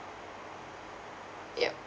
yup